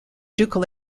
ducal